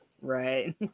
right